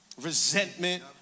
resentment